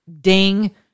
Ding